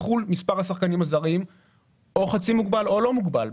בחו"ל מספר השחקנים הזרים או חצי מוגבל או לא מוגבל.